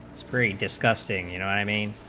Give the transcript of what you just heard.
spring discussing you know i mean